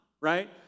right